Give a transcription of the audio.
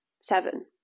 seven